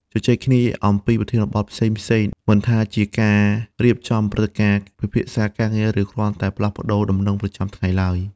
ជជែកគ្នា អំពីប្រធានបទផ្សេងៗ មិនថាជាការរៀបចំព្រឹត្តិការណ៍ ពិភាក្សាការងារ ឬគ្រាន់តែផ្លាស់ប្ដូរដំណឹងប្រចាំថ្ងៃឡើយ។